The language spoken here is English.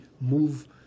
move